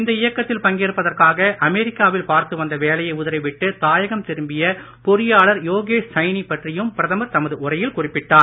இந்த இயக்கத்தில் பங்கேற்பதற்காக அமெரிக்காவில் பார்த்து வந்த வேலையை உதறி விட்டுத் தாயகம் திரும்பிய பொறியாளர் யோகேஷ் சைனி பற்றியும் பிரதமர் தமது உரையில் குறிப்பிட்டார்